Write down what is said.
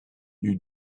you